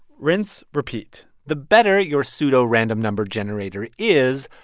rinse, repeat the better your pseudorandom number generator is,